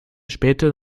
später